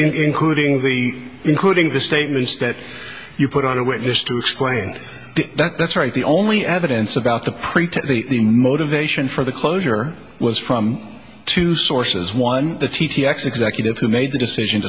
including the including the statements that you put on a witness to explain that that's right the only evidence about the pretend the motivation for the closure was from two sources one the t t s executive who made the decision